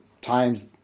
times